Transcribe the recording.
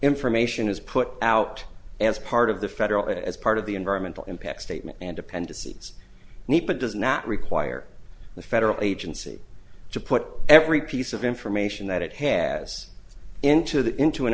information is put out as part of the federal it as part of the environmental impact statement and appendices need but does not require the federal agency to put every piece of information that it has into the into an